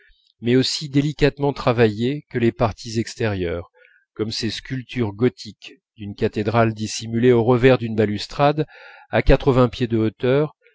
mais aussi délicatement travaillée que les parties extérieures comme ces sculptures gothiques d'une cathédrale dissimulées au revers d'une balustrade à quatre-vingts pieds de hauteur